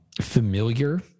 familiar